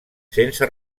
sense